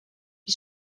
die